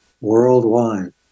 worldwide